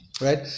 right